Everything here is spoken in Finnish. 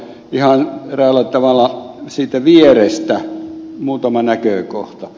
ihan eräällä tavalla siitä vierestä muutama näkökohta